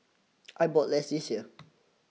I bought less this year